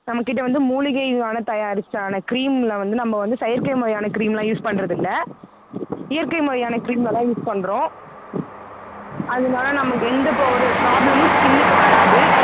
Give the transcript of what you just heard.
நம்மகிட்ட வந்து மூலிகையான தயாரிச்சான க்ரீமில் வந்து நம்ம வந்து செயற்கை முறையான க்ரீம் எல்லாம் யூஸ் பண்ணுறதில்ல இயற்கை முறையான க்ரீம் எல்லாம் தான் யூஸ் பண்ணுறோம் அதனால் நமக்கு எந்த இப்போ ஒரு ப்ராப்ளமும் ஸ்கின்னுக்கு வராது